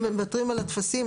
אם מוותרים על הטפסים,